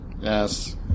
Yes